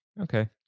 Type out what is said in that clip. Okay